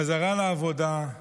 חזרה לעבודה,